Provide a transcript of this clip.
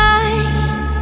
eyes